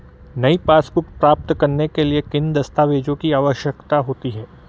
नई पासबुक प्राप्त करने के लिए किन दस्तावेज़ों की आवश्यकता होती है?